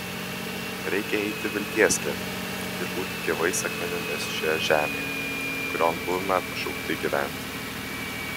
reikia eiti vilties keliu ir būti gyvais akmenimis šioje žemėje kurion buvome pašaukti gyventi